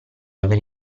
aver